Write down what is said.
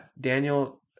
Daniel